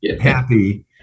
happy